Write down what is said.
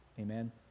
Amen